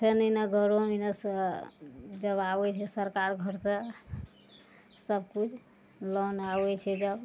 फेर एना घरोमे जैसे जब आबै छै सरकार घरसँ सबकिछु लोन आबै छै जब